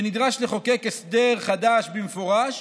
ונדרש לחוקק הסדר חדש במפורש,